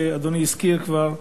שאדוני הזכיר כבר,